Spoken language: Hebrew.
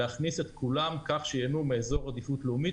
להכניס את כולם כך שייהנו מאזור עדיפות לאומית